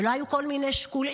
ולא היו כל מיני שיקולים.